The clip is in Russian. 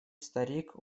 старик